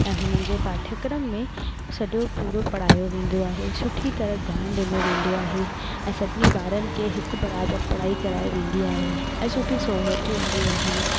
ऐं हुननि जे पाठ्यक्रम में सॼो पूरो पढ़ायो वेंदो आहे सुठी तरह ध्यान ॾिनो वेंदो आहे ऐं सभिनी ॿारनि खे हिकु बराबरि पढ़ाई कराए वेंदी आहे ऐं सुठी सहूलतियूं हूंदियूं आहिनि